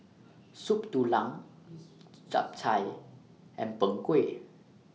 Soup Tulang Chap Chai and Png Kueh